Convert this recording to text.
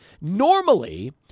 Normally